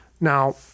Now